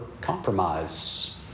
compromise